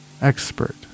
expert